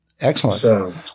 Excellent